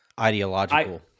ideological